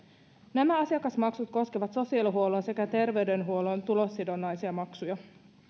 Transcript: nämä asiakasmaksut koskevat sosiaalihuollon sekä terveydenhuollon tulosidonnaisia maksuja